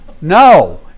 No